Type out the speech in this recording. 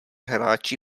hráči